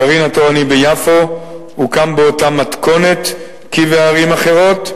הגרעין התורני ביפו הוקם באותה מתכונת כבערים אחרות.